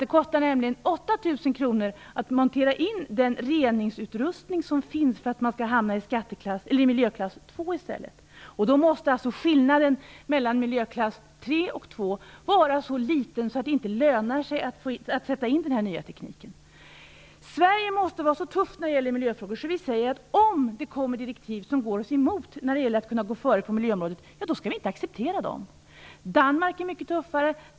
Det kostar nämligen 8 000 kr att montera in den reningsutrustning som finns för att man skall hamna i miljöklass 2 i stället. Skillnaden mellan miljöklass 3 och 2 måste alltså vara så liten att det inte lönar sig att sätta in den nya tekniken. Sverige måste vara så tufft när det gäller miljöfrågor att om det kommer direktiv som går oss emot när det gäller att gå före på miljöområdet skall vi inte acceptera dem. Danmark är mycket tuffare.